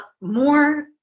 more